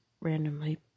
randomly